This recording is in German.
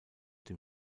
dem